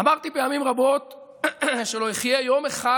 אמרתי פעמים רבות שלא אחיה יום אחד